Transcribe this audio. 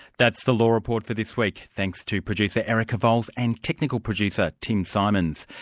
that's the law report for this week. thanks to producer erica vowles and technical producer tim symons.